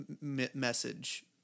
message